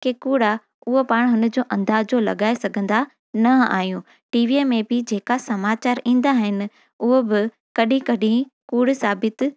के कूड़ा उअ पाण हुन जो अंदाजो लगाए सघंदा न आयूं टीवीअ में बि जेका समाचार ईंदा आइन उओ बि कॾी कॾी कूड़ु साबितु